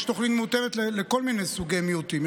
יש תוכנית מותאמת לכל מיני סוגי מיעוטים,